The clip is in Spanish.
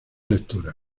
lecturas